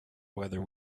whether